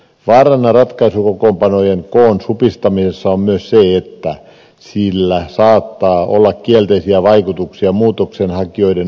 vaarana ratkaisukokoonpanojen koon supistamisessa on myös se että sillä saattaa olla kielteisiä vaikutuksia muutoksenhakijoiden oikeusturvaan